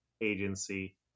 agency